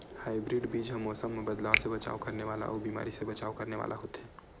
hybrid बीज हा मौसम मे बदलाव से बचाव करने वाला अउ बीमारी से बचाव करने वाला होथे